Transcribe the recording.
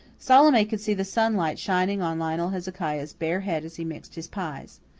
salome could see the sunlight shining on lionel hezekiah's bare head as he mixed his pies.